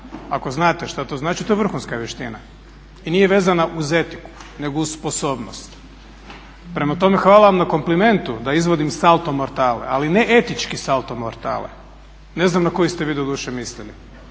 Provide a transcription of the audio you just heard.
ako znate šta to znači, to je vrhunska vještina i nije vezana uz etiku nego uz sposobnost. Prema tome hvala vam na komplimentu da izvodim salto mortale ali ne etički salto mortale, ne znam na koji ste vi doduše mislili